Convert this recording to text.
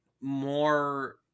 more